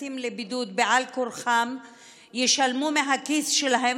שנכנסים לבידוד בעל כורחם ישלמו מהכיס שלהם,